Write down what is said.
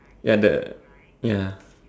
ya the ya